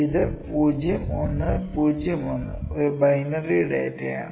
ഇത് 0 1 0 1 ഒരു ബൈനറി ഡാറ്റയാണ്